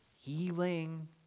healing